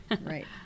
Right